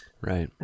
Right